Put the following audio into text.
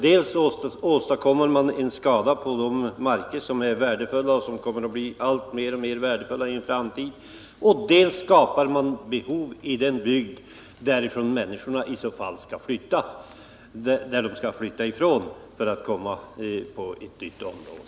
Dels åstadkommer man en skada på de marker som är värdefulla och som kommer att bli alltmer värdefulla i en framtid, dels skapar man behov i den bygd varifrån människorna i så fall skall flytta för att komma till ett annat område.